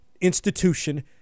institution